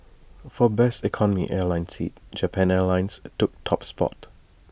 for best economy class airline seat Japan airlines took top spot